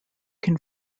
can